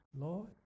Lord